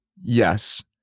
Yes